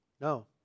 No